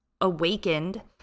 awakened